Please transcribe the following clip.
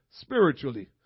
spiritually